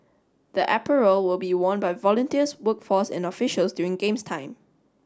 the apparel will be worn by volunteers workforce and officials during games time